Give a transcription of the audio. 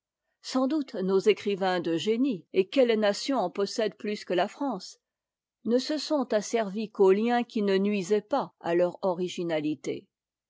sans doute nos écrivains de génie et quelle nation en possède plus que la france ne se sont asservis qu'aux liens qui ne nuisaient pas à leur originalité